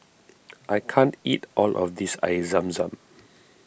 I can't eat all of this Air Zam Zam